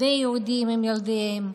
בני יהודים עם ילדיהם,